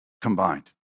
combined